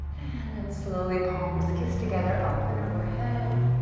and then slowly palms kiss together up and overhead.